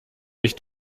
mich